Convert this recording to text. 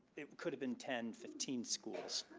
it could have been ten, fifteen, schools,